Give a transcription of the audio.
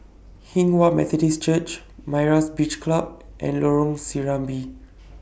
Hinghwa Methodist Church Myra's Beach Club and Lorong Serambi